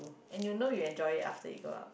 and you know you enjoy it after you go up